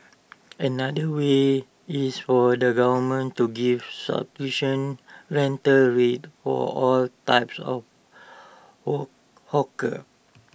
another way is for the government to give rental rates for all types of hall hawkers